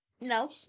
No